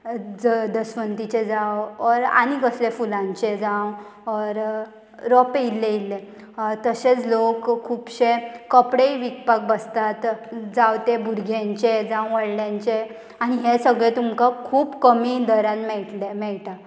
ज दसवंतीचें जावं ओर आनी कसलेंय फुलांचे जावं ऑर रोंपे इल्ले इल्ले तशेंच लोक खुबशे कपडेय विकपाक बसतात जावं ते भुरग्यांचे जावं व्हडल्यांचें आनी हे सगळें तुमकां खूब कमी दरान मेयटलें मेयटा